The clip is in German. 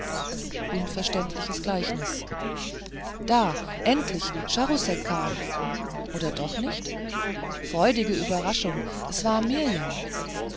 unverständliches gleichnis da endlich charousek kam oder doch nicht freudige überraschung es war